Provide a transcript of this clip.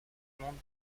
monde